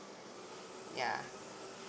ya